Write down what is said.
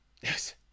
Yes